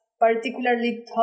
particularly